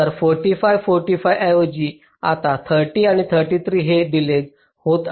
तर 45 45 ऐवजी आता 30 आणि 33 येथे डिलेज होत आहे